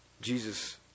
Jesus